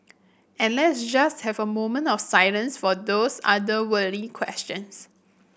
and let's just have a moment of silence for those otherworldly questions